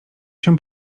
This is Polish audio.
się